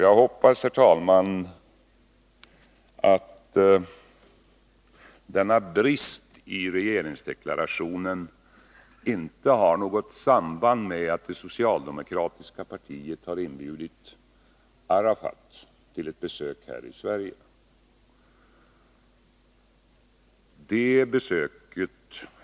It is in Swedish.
Jag hoppas att denna brist i regeringsdeklarationen inte har något samband med att det socialdemokratiska partiet har inbjudit Arafat till ett besök i Sverige.